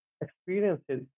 experiences